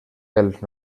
pels